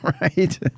Right